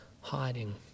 hiding